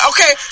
Okay